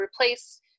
replace